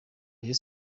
rayon